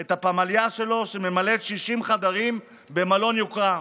את הפמליה שלו, שממלאת 60 חדרים במלון יוקרה.